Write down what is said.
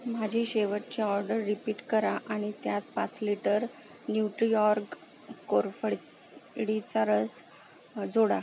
माझी शेवटची order repeat करा आणि त्यात पाच लिटर न्यूट्रिऑर्ग कोरफडीचा रस जोडा